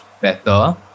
better